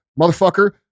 motherfucker